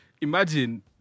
Imagine